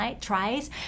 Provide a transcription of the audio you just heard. tries